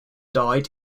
died